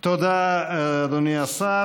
תודה, אדוני השר.